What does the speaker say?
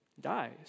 dies